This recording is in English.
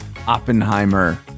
Oppenheimer